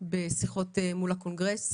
בשיחות מול הקונגרס